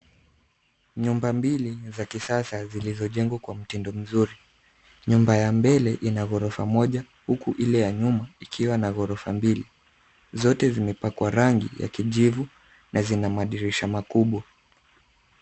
Nyumba mbili za kisasa zilizojengwa kwa mtindo mzuri. Nyumba ya mbele ina ghorofa moja huku ile ya nyumba ina ghorofa mbili. Zote zimepakwa rangi ya kijivu na Zina madirisha makubwa.